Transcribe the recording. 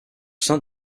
sein